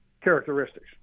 characteristics